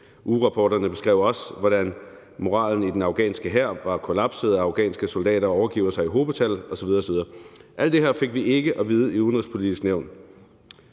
Ugerapporterne beskrev også, hvordan moralen i den afghanske hær var kollapset, og at afghanske soldater overgiver sig i hobetal osv. osv. Alt det her fik vi ikke at vide i Det Udenrigspolitiske Nævn.